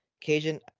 Cajun